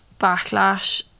backlash